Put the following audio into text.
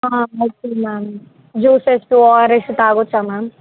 okay ma'am juices ORS తాగ వచ్చా ma'am